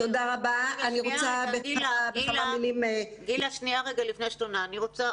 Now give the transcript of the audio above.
רגע, לפני שגילה עונה אני רוצה